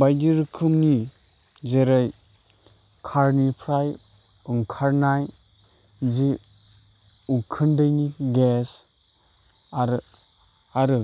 बायदि रोखोमनि जेरै कारनिफ्राय ओंखारनाय जि उखुन्दैनि गेस आरो आरो